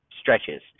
stretches